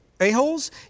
A-holes